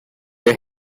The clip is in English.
your